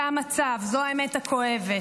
זה המצב, זו האמת הכואבת.